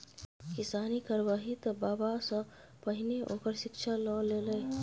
किसानी करबही तँ बबासँ पहिने ओकर शिक्षा ल लए